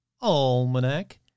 Almanac